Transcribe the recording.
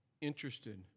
interested